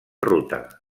ruta